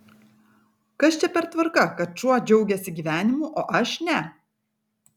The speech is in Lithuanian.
kas čia per tvarka kad šuo džiaugiasi gyvenimu o aš ne